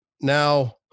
Now